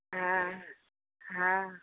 हँ हँ